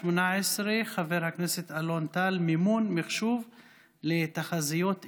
חבר הכנסת אלון טל: מימון מחשוב לתחזיות אקלים.